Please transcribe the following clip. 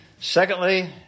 Secondly